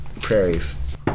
prairies